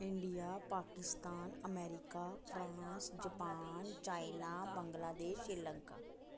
India Pakistan America France Japan China Bangladesh Sri Lanka